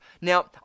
Now